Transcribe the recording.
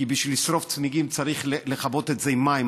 כי בשביל לשרוף צמיגים צריך לכבות את זה עם מים,